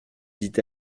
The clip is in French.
dit